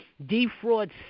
defraud